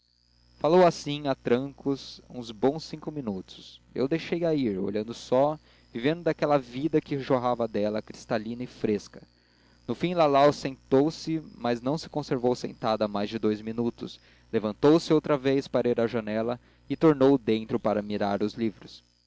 falou assim a troncos uns bons cinco minutos eu deixei-a ir olhando só vivendo daquela vida que jorrava dela cristalina e fresca no fim lalau sentou-se mas não se conservou sentada mais de dous minutos levantou-se outra vez para ir à janela e tornou dentro para mirar os livros